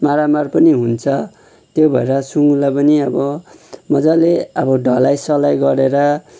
मारामार पनि हुन्छ त्यो भएर सुँगुरलाई पनि अब मजाले अब ढलाईसलाई गरेर